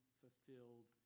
fulfilled